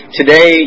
today